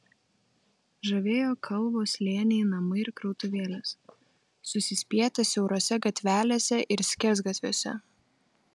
žavėjo kalvos slėniai namai ir krautuvėlės susispietę siaurose gatvelėse ir skersgatviuose